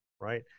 right